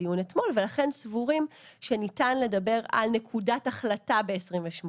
הדיון אתמול ולכן סבורים שניתן לדבר על נקודת החלטה ב-2028.